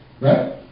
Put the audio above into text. right